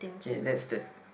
okay that's the